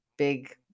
big